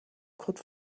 could